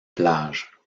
plage